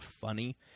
funny